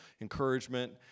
encouragement